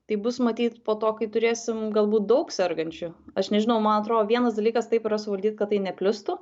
tai bus matyt po to kai turėsim galbūt daug sergančių aš nežinau man atrodo vienas dalykas taip yra suvaldyt kad tai neplistų